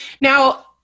Now